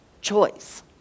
choice